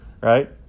Right